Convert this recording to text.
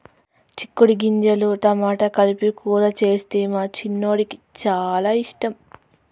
చిక్కుడు గింజలు టమాటా కలిపి కూర చేస్తే మా చిన్నోడికి చాల ఇష్టం